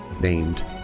named